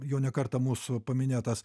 jau ne kartą mūsų paminėtas